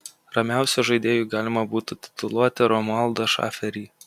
ramiausiu žaidėju galima būtų tituluoti romualdą šaferį